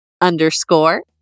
underscore